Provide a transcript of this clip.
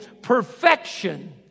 Perfection